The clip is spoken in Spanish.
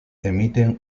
emiten